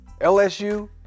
LSU